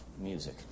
music